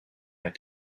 had